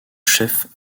chef